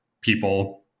people